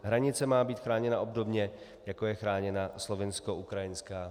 Hranice má být chráněna obdobně jako je chráněna slovinskoukrajinská.